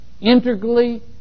integrally